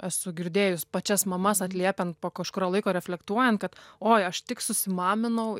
esu girdėjus pačias mamas atliepiant po kažkurio laiko reflektuojant kad oi aš tik susimaminau